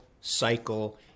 cycle